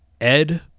Ed